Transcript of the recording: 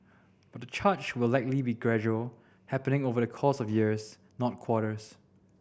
but the charge will likely be gradual happening over the course of years not quarters